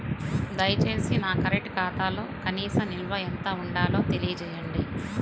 దయచేసి నా కరెంటు ఖాతాలో కనీస నిల్వ ఎంత ఉండాలో తెలియజేయండి